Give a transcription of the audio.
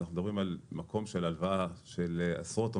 אנחנו מדברים על מקום של הלוואה של עשרות או